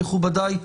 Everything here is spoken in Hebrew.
מכובדי,